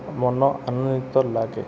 ମନ ଆନନ୍ଦିତ ଲାଗେ